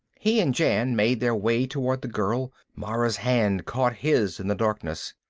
he and jan made their way toward the girl. mara's hand caught his in the darkness.